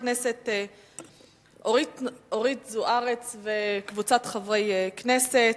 הכנסת אורית זוארץ וקבוצת חברי הכנסת,